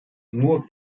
nur